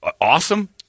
awesome